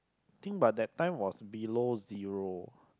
think but that time was below zero